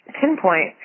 pinpoint